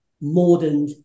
modern